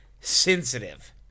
sensitive